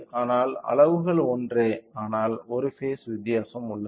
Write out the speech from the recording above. ஆனால் அளவுகள் ஒன்றே ஆனால் ஒரு பேஸ் உள்ளது